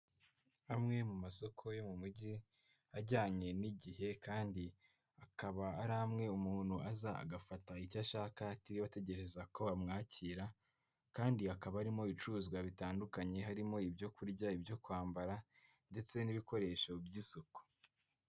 Amwe mu masoko yo mu mujyi ajyanye n'igihe kandi akaba ari amwe umuntu aza agafata icyo ashaka atiriwe ategereza ko bamwakira kandi akaba arimo ibicuruzwa bitandukanye harimo ibyo kurya, byo kwambara ndetse n'ibikoresho by'isuku.